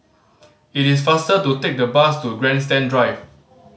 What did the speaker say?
it is faster to take the bus to Grandstand Drive